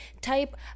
type